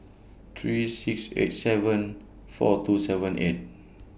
three six eight seven four two seven and